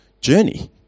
journey